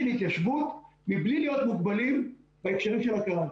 התיישבות בלי להיות מוגבלים בהקשרים של הקרקע.